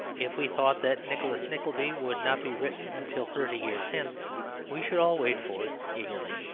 if we thought that nicholas nickleby would not be written until thirty years hence we should all wait for it eagerly.